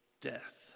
death